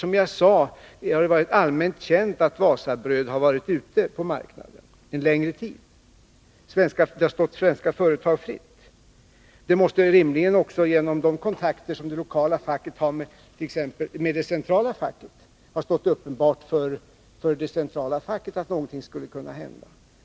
Som jag sade har det varit allmänt känt att Wasabröd har varit ute på marknaden en längre tid. Det har då stått svenska företag fritt att köpa företaget. Det måste rimligen också genom de kontakter som det lokala facket har med det centrala facket ha varit uppenbart för det centrala facket att någonting skulle kunna hända.